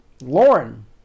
Lauren